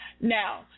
Now